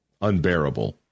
unbearable